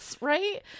right